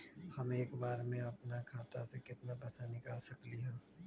हम एक बार में अपना खाता से केतना पैसा निकाल सकली ह?